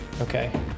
Okay